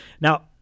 Now